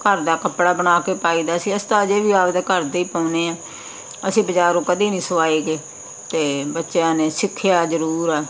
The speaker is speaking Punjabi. ਘਰ ਦਾ ਕੱਪੜਾ ਬਣਾ ਕੇ ਪਾਈਦਾ ਸੀ ਅਸੀਂ ਤਾਂ ਅਜੇ ਵੀ ਆਪਦੇ ਘਰ ਦੇ ਹੀ ਪਾਉਂਦੇ ਆ ਅਸੀਂ ਬਾਜ਼ਾਰੋਂ ਕਦੇ ਨਹੀਂ ਸਵਾਏਗੇ ਅਤੇ ਬੱਚਿਆਂ ਨੇ ਸਿੱਖਿਆ ਜ਼ਰੂਰ ਆ